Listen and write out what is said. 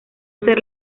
ser